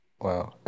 Wow